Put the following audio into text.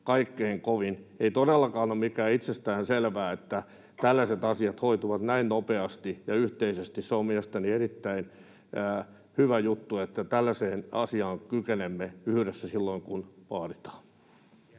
kaikkein kovin. Ei todellakaan ole mitään itsestäänselvää, että tällaiset asiat hoituvat näin nopeasti ja yhteisesti. Se on mielestäni erittäin hyvä juttu, että tällaiseen asiaan kykenemme yhdessä silloin kun vaaditaan.